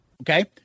Okay